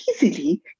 easily